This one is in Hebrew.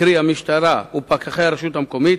קרי המשטרה ופקחי הרשות המקומית,